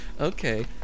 Okay